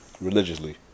religiously